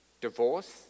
divorce